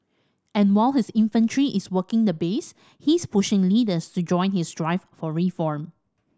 and while his infantry is working the base he's pushing leaders to join his drive for reform